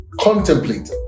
contemplate